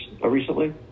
recently